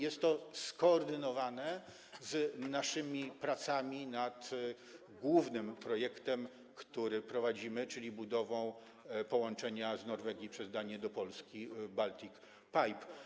Jest to skoordynowane z naszymi pracami nad głównym projektem, który prowadzimy, czyli budową połączenia z Norwegii przez Danię do Polski, Baltic Pipe.